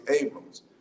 Abrams